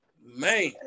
Man